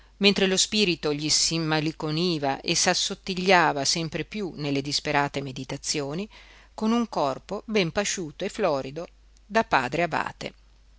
mentre lo spirito gli s'immalinconiva e s'assottigliava sempre piú nelle disperate meditazioni con un corpo ben pasciuto e florido da padre abate